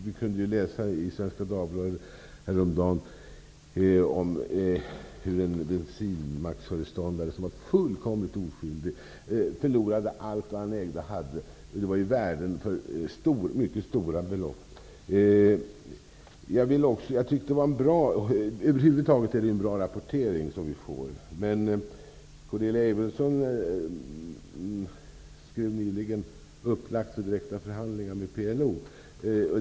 Vi kunde häromdagen läsa i Svenska Dagbladet hur en bensinmacksföreståndare, som var fullkomligt oskyldig, förlorade allt vad han ägde och hade. Det gällde mycket stora belopp. Vi får en bra rapportering från dessa områden. Cordelia Edvardsson skrev nyligen att det är upplagt för direkta förhandlingar med PLO.